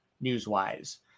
news-wise